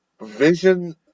vision